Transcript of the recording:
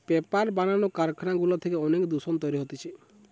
paper বানানো কারখানা গুলা থেকে অনেক দূষণ তৈরী হতিছে